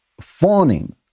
fawning